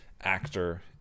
actor